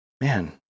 Man